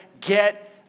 get